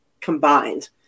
combined